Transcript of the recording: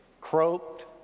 croaked